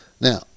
now